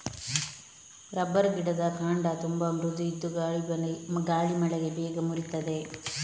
rubber ಗಿಡದ ಕಾಂಡ ತುಂಬಾ ಮೃದು ಇದ್ದು ಗಾಳಿ ಮಳೆಗೆ ಬೇಗ ಮುರೀತದೆ